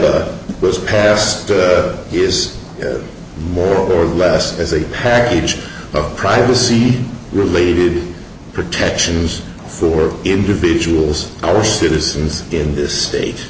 was passed is more or less as a package of privacy related protections for individuals all citizens in this state